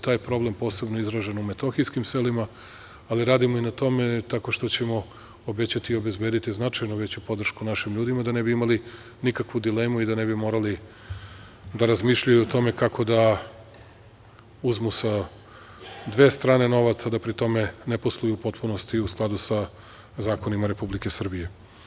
Taj problem posebno je izražen u metohijskim selima, ali radimo i na tome tako što ćemo obećati i obezbediti značajno veću podršku našim ljudima, da ne bi imali nikakvu dilemu i da ne bi morali da razmišljaju o tome kako da uzmu sa dve strane novaca, a da pri tome ne posluju u potpunosti, i u skladu sa zakonima Republike Srbije.